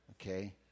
okay